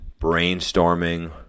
brainstorming